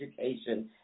education